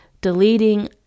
deleting